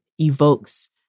evokes